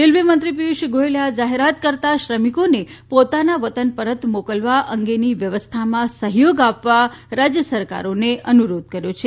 railway મંત્રી પિયુષ ગોયલે આ જાહેરાત કરતા શ્રમિકોને પોતાના વતન પરત મોકલવા અંગની વ્યવસ્થામાં સહયોગ આપવા રાજ્ય સરકારને અનુરોધ કર્યો છે